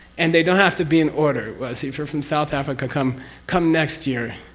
and they don't have to be in order. well, see if you're from south africa come come next year,